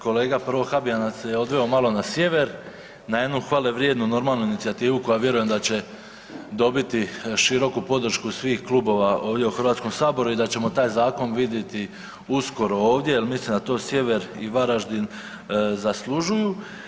Kolega prvo Habijan nas je odveo malo na sjever, na jednu hvale vrijednu normalnu inicijativu koja vjerujem da će dobiti široku podršku svih klubova ovdje u Hrvatskom saboru i da ćemo taj zakon vidjeti uskoro ovdje jer mislim da to sjever i Varaždin zaslužuju.